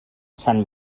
sant